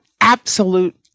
absolute